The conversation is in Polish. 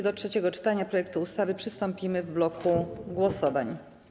Do trzeciego czytania projektu ustawy przystąpimy w bloku głosowań.